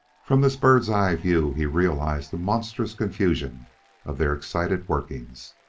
from this bird's-eye view he realized the monstrous confusion of their excited workings.